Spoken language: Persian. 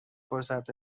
فرصت